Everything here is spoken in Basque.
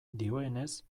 dioenez